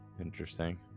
Interesting